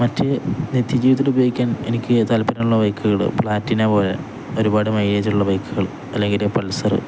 മറ്റ് നിത്യജീവിതത്തിൽ ഉപയോഗിക്കാൻ എനിക്ക് താല്പര്യമുള്ള ബൈക്കുകൾ പ്ലാറ്റിന പോലെ ഒരുപാട് മൈലേജുള്ള ബൈക്കുകൾ അല്ലെങ്കിൽ പൾസറ്